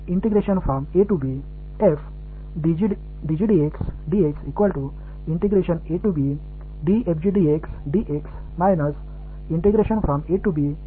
இப்போது நான் இதை ஒருங்கிணைக்க நான் என்ன செய்யப் போகிறேன் என்றால் நான் a முதல் b வரை ஒரு இன்டெகிரல் செய்கிறேன் மற்றும் வெளிப்பாட்டை மறுசீரமைக்கிறேன்